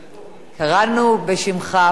קראנו בשמך פעמיים.